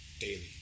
daily